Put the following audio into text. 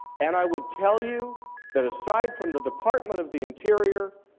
and i would tell you that aside from the department of the interior,